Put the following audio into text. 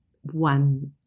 one